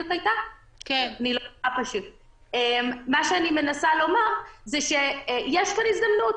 אני מנסה לומר שיש כאן הזדמנות.